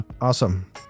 Awesome